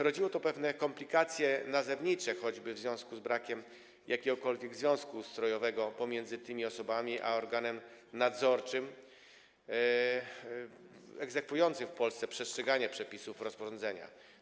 Rodziło to pewne komplikacje nazewnicze, choćby łączące się z brakiem jakiegokolwiek związku ustrojowego pomiędzy tymi osobami a organem nadzorczym egzekwującym w Polsce przestrzeganie przepisów rozporządzenia.